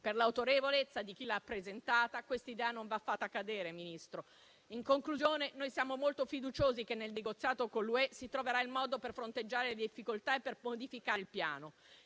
Per l'autorevolezza di chi l'ha presentata, questa idea non va fatta cadere, signor Ministro. In conclusione, noi siamo molto fiduciosi che, nel negoziato con l'Unione europea, si troverà il modo di fronteggiare le difficoltà e di modificare il Piano.